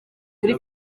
kuri